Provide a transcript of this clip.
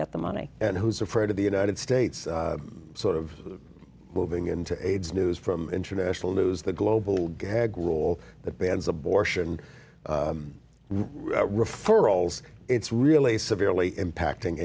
get the money and who's afraid of the united states sort of moving into aids news from international lose the global gag rule that bans abortion referrals it's really severely impacting